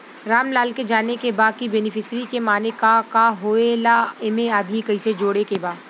रामलाल के जाने के बा की बेनिफिसरी के माने का का होए ला एमे आदमी कैसे जोड़े के बा?